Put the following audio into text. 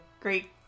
great